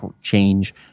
change